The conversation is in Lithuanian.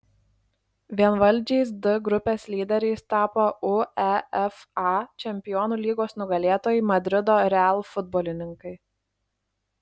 vienvaldžiais d grupės lyderiais tapo uefa čempionų lygos nugalėtojai madrido real futbolininkai